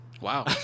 wow